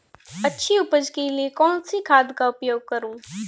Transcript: अच्छी उपज के लिए कौनसी खाद का उपयोग करूं?